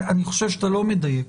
אני חושב שאתה לא מדייק.